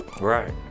Right